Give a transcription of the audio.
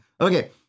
Okay